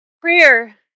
Prayer